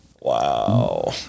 Wow